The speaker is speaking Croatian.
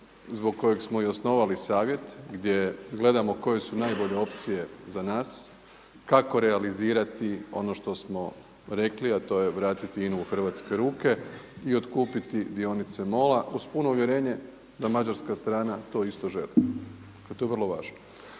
zbog kojeg smo i osnovali savjet gdje gledamo koje su najbolje opcije za nas, kako realizirati ono što smo rekli, a to je vratiti INA-u u hrvatske ruke i otkupiti dionice MOLA-a uz puno uvjerenje da mađarska strana to isto želi, a to je vrlo važno.